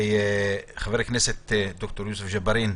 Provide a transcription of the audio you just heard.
חבר הכנסת ד"ר יוסף ג'בארין,